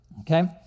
okay